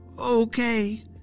Okay